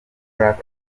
black